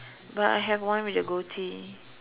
but I have one with the goatee